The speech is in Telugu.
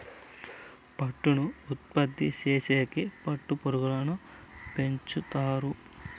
పట్టును ఉత్పత్తి చేసేకి పట్టు పురుగులను పెంచుతారు